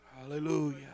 Hallelujah